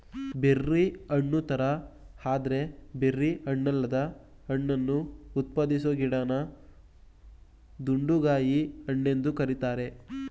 berry ಹಣ್ಣುತರ ಆದ್ರೆ berry ಹಣ್ಣಲ್ಲದ ಹಣ್ಣನ್ನು ಉತ್ಪಾದಿಸೊ ಗಿಡನ ದುಂಡುಗಾಯಿ ಹಣ್ಣೆಂದು ಕರೀತಾರೆ